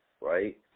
right